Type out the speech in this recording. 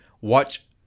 watch